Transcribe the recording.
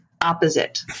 opposite